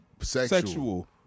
sexual